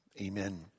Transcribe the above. Amen